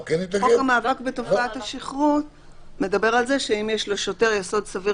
חוק המאבק בתופעת השכרות מדבר על זה שאם יש לשוטר יסוד סביר